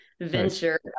venture